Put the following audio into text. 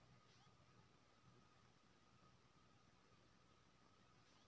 हम दू लाख कमाबैत छी हमर कर केर गणना करू ते